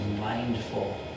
mindful